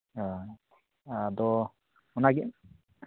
ᱦᱳᱭ ᱟᱫᱚ ᱚᱱᱟ ᱜᱮ